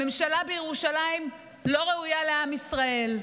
הממשלה בירושלים לא ראויה לעם ישראל.